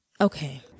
Okay